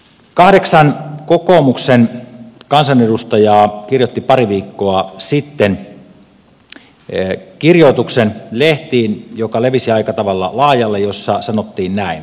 kahdeksan kokoomuksen kansanedustajaa kirjoitti lehtiin pari viikkoa sitten kirjoituksen joka levisi aika tavalla laajalle jossa sanottiin näin